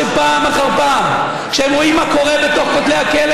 שפעם אחר פעם כשהן רואות מה שקורה בתוך כותלי הכלא